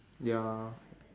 ya